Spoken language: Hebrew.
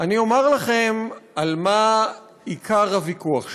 אני אומַר לכם על מה עיקר הוויכוח שלי.